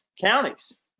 counties